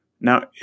Now